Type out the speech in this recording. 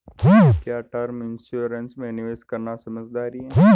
क्या term insurance में निवेश करना समझदारी है?